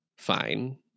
Fine